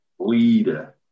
leader